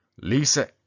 Lisa